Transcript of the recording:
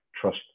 trust